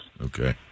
Okay